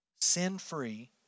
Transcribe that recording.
sin-free